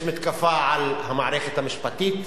יש מתקפה על המערכת המשפטית,